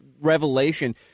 revelation